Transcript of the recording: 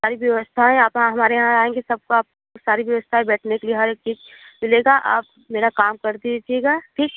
सारी व्यवस्था है आप हमारे यहाँ आएँगे सबको आप सारी व्यवस्था है बैठने के लिए हर एक चीज़ मिलेगा आप मेरा काम कर दीजिएगा ठीक